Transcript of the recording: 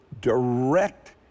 direct